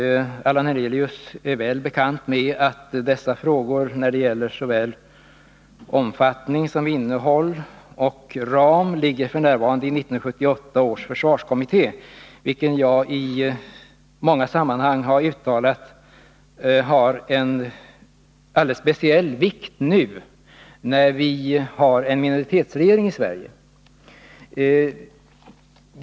Allan Hernelius är väl bekant med att frågor som gäller såväl omfattning som innehåll och ram f. n. ligger hos 1978 års försvarskommitté, vilken — som jag i många sammanhang har uttalat — har en alldeles speciell vikt nu när vi har en minoritetsregering i Sverige.